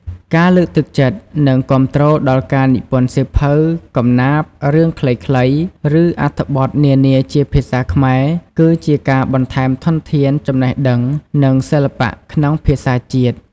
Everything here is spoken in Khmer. ការលើកទឹកចិត្ត និងគាំទ្រដល់ការនិពន្ធសៀវភៅ កំណាព្យ រឿងខ្លីៗ ឬអត្ថបទនានាជាភាសាខ្មែរ គឺជាការបន្ថែមធនធានចំណេះដឹង និងសិល្បៈក្នុងភាសាជាតិ។